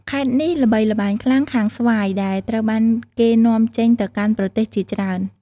ខេត្តនេះល្បីល្បាញខ្លាំងខាងស្វាយដែលត្រូវបានគេនាំចេញទៅកាន់ប្រទេសជាច្រើន។